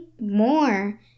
more